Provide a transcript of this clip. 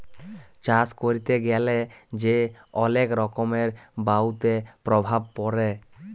চাষ ক্যরতে গ্যালা যে অলেক রকমের বায়ুতে প্রভাব পরে